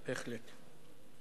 בהחלט.